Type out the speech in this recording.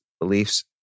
beliefs